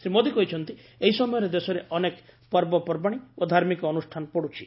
ଶ୍ରୀମୋଦୀ କହିଛନ୍ତି ଏହି ସମୟରେ ଦେଶରେ ଅନେକ ପର୍ବପର୍ବାଣୀ ଓ ଧାର୍ମିକ ଅନୁଷ୍ଠାନ ପଡ଼ୁଛି